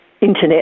internet